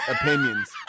opinions